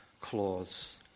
clause